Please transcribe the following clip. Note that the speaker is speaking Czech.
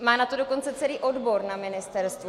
Má na to dokonce celý odbor na ministerstvu.